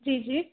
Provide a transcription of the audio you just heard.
जी जी